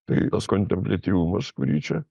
tai tas kontempliatyvumas kurį čia